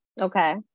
okay